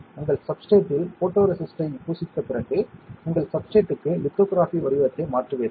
உங்கள் சப்ஸ்ட்ரேட்டில் ஃபோட்டோரெசிஸ்ட்டைப் பூசித்த பிறகு உங்கள் சப்ஸ்ட்ரேட்க்கு லித்தோகிராஃபி வடிவத்தை மாற்றுவீர்கள்